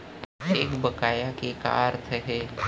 एक बकाया के का अर्थ हे?